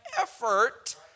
effort